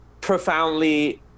profoundly